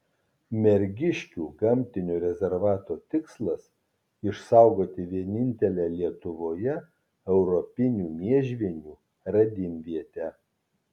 mergiškių gamtinio rezervato tikslas išsaugoti vienintelę lietuvoje europinių miežvienių radimvietę